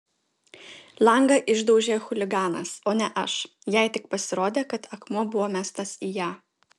langą išdaužė chuliganas o ne aš jai tik pasirodė kad akmuo buvo mestas į ją